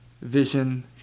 vision